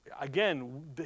again